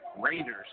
Raiders